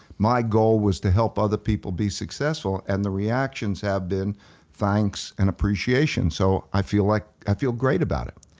my goal was to help other people be successful and the reactions have been thanks and appreciation. so i feel like i feel great about it.